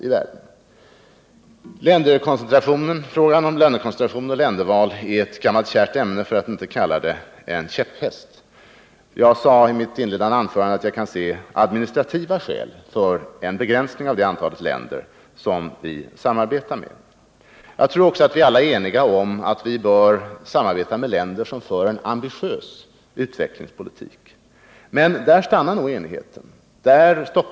Frågorna om länderkoncentrationen och ländervalet är ett gammalt kärt ämne för att inte säga en käpphäst i biståndsdebatterna. Jag sade i mitt inledande anförande att jag kan se administrativa skäl för en begränsning av det antal länder som vi samarbetar med. Jag tror också att vi alla är eniga om att vi bör samarbeta med länder som för en ambitiös utvecklingspolitik. Men där tar nog enigheten slut.